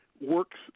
works